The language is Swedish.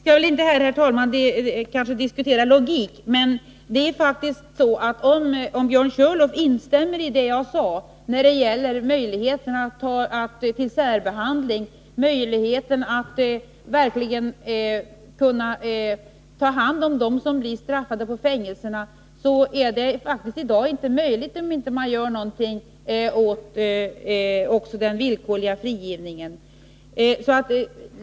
Herr talman! Vi skall väl inte här diskutera logik, men det är faktiskt så, att om Björn Körlof instämmer i det som jag sade om möjligheterna till särbehandling och förutsättningarna att på fängelserna verkligen ta hand om dem som blir straffade, måste han också inse att detta i dag faktiskt inte är genomförbart, om man inte också gör något åt den villkorliga frigivningen.